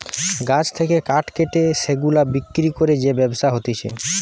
গাছ থেকে কাঠ কেটে সেগুলা বিক্রি করে যে ব্যবসা হতিছে